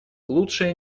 лучшее